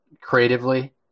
creatively